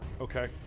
Okay